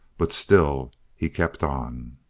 but still he kept on.